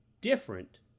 different